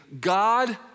God